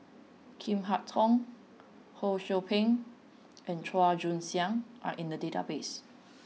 Chin Harn Tong Ho Sou Ping and Chua Joon Siang are in the database